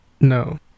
No